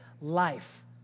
life